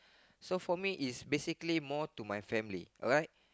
so for me is basically more to my family alright